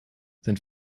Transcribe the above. sind